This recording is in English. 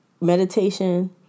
Meditation